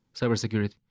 cybersecurity